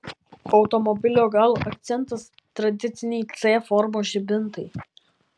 automobilio galo akcentas tradiciniai c formos žibintai